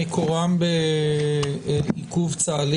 מקורם בעיכוב צה"לי?